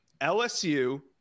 LSU